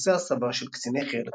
קורסי הסבה של קציני חי"ר לתותחנים.